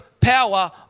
power